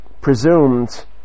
presumed